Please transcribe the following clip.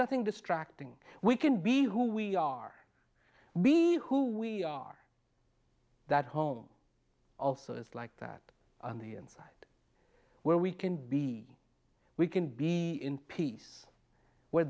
nothing distracting we can be who we are be who we are that home also is like that on the inside where we can be we can be in peace w